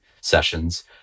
sessions